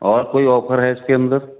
اور کوئی آفر ہے اس کے اندر